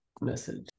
message